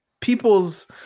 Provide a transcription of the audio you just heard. people's